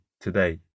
today